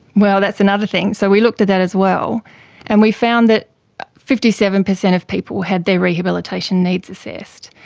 well, that's another thing. so we looked at that as well and we found that fifty seven percent of people had their rehabilitation needs assessed,